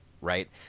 right